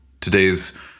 Today's